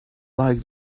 like